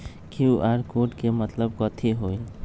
QR code के मतलब कथी होई?